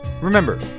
remember